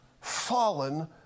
fallen